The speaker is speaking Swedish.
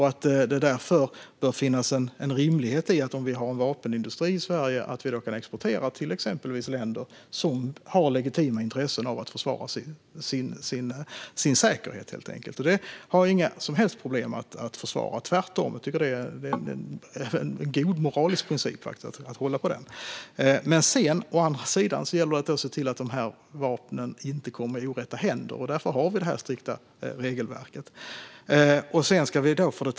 Det bör därför finnas en rimlighet i att vi om vi har en vapenindustri i Sverige kan exportera till exempelvis länder som har legitima intressen av att försvara sin säkerhet. Det har jag inga som helst problem att försvara - tvärtom tycker jag att det är en god moralisk princip att hålla på. Å andra sidan gäller det att se till att dessa vapen inte kommer i orätta händer. Därför har vi detta strikta regelverk.